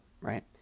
Right